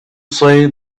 see